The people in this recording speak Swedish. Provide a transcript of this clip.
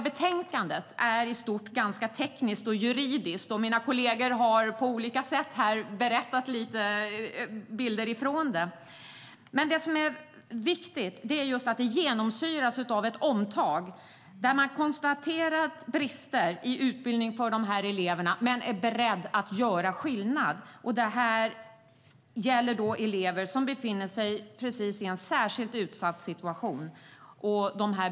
Betänkandet som sådant är ganska tekniskt och juridiskt, och mina kolleger har på olika sätt gett bilder av det, men det genomsyras av ett omtag genom att vi är beredda att göra något åt konstaterade brister i utbildningen. Det gäller elever som befinner sig i en särskilt utsatt situation.